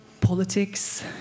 politics